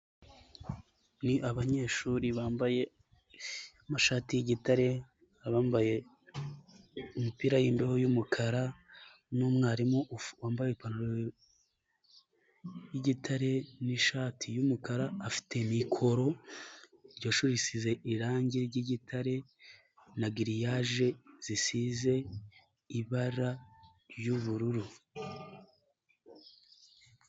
Ni abanyeshuri bambaye amashati y'igitare, abambaye imipira y'imbeho y'umukara n'umwarimu wambaye ipantaro y'igitare n'ishati y'umukara, afite mikoro, iryo shuri risize irange ry'igitare na giriyaje zisize ibara ry'ubururu.